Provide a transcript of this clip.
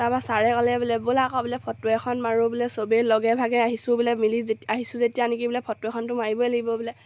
তাৰপৰা ছাৰে ক'লে বোলে ব'লা আকৌ বোলে ফটো এখন মাৰোঁ বোলে সবেই লগে ভাগে আহিছোঁ বোলে মিলি যেতিয়া আহিছোঁ যেতিয়া নেকি বোলে ফটো এখনতো মাৰিবই লাগিব বোলে